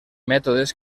mètodes